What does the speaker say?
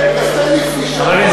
חברים,